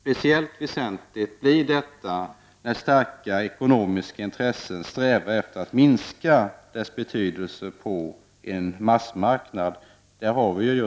Speciellt väsentligt blir detta när starka ekonomiska intressen strävar efter att minska dess betydelse på en massmarknad. I detta